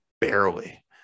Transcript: barely